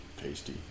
Tasty